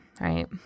right